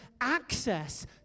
access